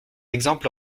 exemples